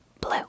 blue